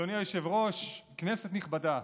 אדוני היושב-ראש, כנסת נכבדה,